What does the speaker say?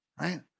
right